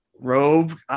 robe